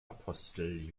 apostel